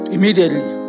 Immediately